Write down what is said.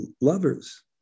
lovers